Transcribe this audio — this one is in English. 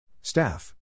Staff